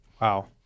Wow